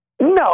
No